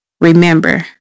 Remember